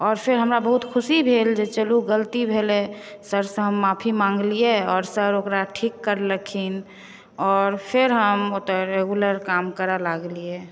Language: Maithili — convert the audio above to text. आओर फेर हमरा बहुत खुशी भेल जे चलू गलती भेलै सरसँ हम माफी माँगलिए आओर सर ओकरा ठीक करलखिन आओर फेर हम ओतऽ रेगुलर काम करऽ लागलिए